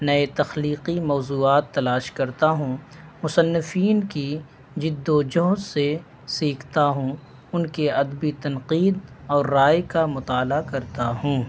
نئے تخلیقی موضوعات تلاش کرتا ہوں مصنفین کی جد و جہد سے سیکھتا ہوں ان کے ادبی تنقید اور رائے کا مطالعہ کرتا ہوں